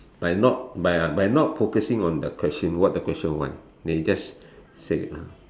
by not by ah by not focusing on the question what the question want they just say